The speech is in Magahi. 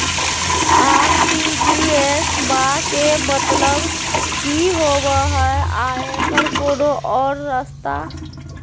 आर.टी.जी.एस बा के मतलब कि होबे हय आ एकर कोनो और रस्ता?